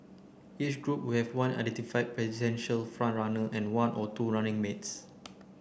each group would have one identified presidential front runner and one or two running mates